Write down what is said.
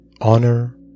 honor